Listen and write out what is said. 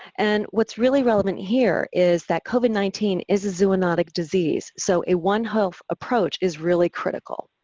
and what's really relevant here is that covid nineteen is a zoonotic disease, so a one health approach is really critical.